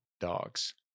dogs